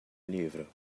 livro